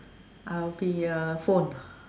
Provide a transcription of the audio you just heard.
I will be a phone